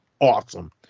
awesome